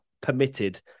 permitted